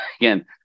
Again